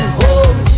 home